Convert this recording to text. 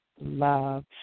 Love